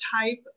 type